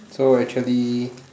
so actually